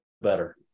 better